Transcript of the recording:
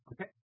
Okay